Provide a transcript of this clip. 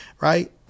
right